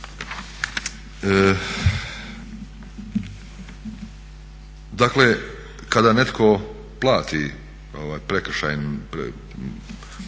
Dakle kada netko plati prekršajnu kaznu,